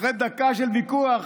אחרי דקה של ויכוח